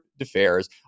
affairs